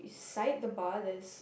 side of the bar there's